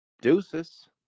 Deuces